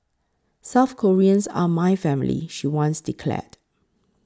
South Koreans are my family she once declared